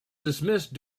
dismissed